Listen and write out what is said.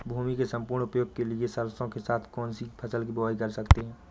भूमि के सम्पूर्ण उपयोग के लिए सरसो के साथ कौन सी फसल की बुआई कर सकते हैं?